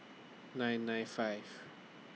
nine nine five